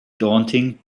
daunting